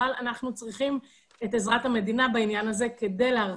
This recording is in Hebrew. אבל אנחנו צריכים את עזרת המדינה בעניין הזה כדי להרחיב.